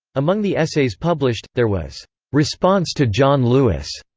among the essays published, there was response to john lewis,